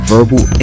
Verbal